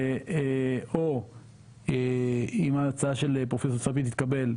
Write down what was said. אור אם ההצעה של פרופסור ספיר תתקבל,